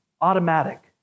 automatic